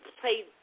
played